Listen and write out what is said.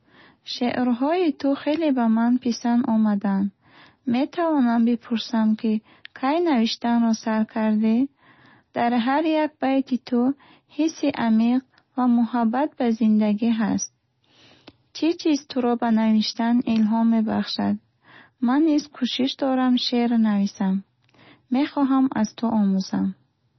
Шеърҳои ту хеле ба ман писанд омаданд, метавонам бипурсам, ки кай навиштанро сар карди? Дар ҳар як байти ту ҳисси амиқ ва муҳаббат ба зиндагӣ ҳаст. Чӣ чиз туро барои навиштан илҳом мебахшад? Ман низ кӯшиш дорам шеър нависам. Мехоҳам аз ту омӯзам.